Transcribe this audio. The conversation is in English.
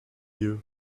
you